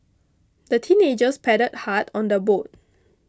the teenagers paddled hard on their boat